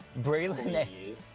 Braylon